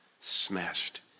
smashed